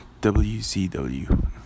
WCW